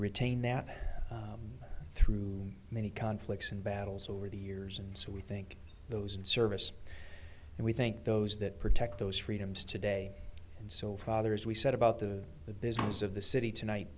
retain that through many conflicts and battles over the years and so we think those in service and we think those that protect those freedoms today and so father as we said about the the business of the city tonight